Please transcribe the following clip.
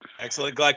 Excellent